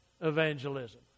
evangelism